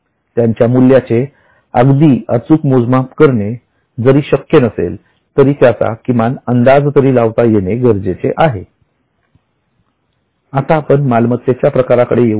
त्यांच्या मूल्याचे अगदी अचूक मोजमाप करणे जरी शक्य नसेल तरी त्याचा किमान अंदाज तरी लावता येणे गरजेचे आहे आता आपण मालमत्तेच्या प्रकाराकडे येऊ